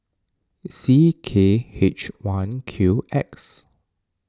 C K H one Q X